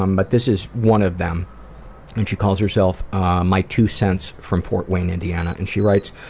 um but this is one of them and she calls herself my two sense from fort wayne indiana. and she writes,